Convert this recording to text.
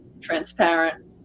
transparent